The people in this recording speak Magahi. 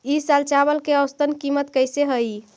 ई साल चावल के औसतन कीमत कैसे हई?